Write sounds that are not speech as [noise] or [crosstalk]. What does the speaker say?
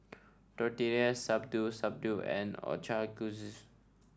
Tortillas Shabu Shabu and [unintelligible]